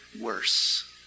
worse